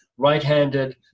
right-handed